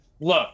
Look